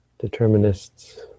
determinists